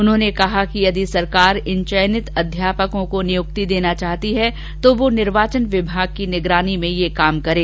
उन्होंने कहा कि यदि सरकार इन चयनित अध्यापकों को नियुक्ति देना चाहती है तो वह निर्वाचन विभाग की निगरानी में यह कार्य करें